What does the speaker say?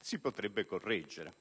Si potrebbe correggere.